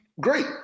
great